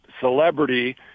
celebrity